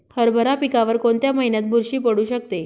हरभरा पिकावर कोणत्या महिन्यात बुरशी पडू शकते?